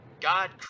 God